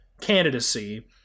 candidacy